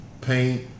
paint